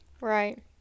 Right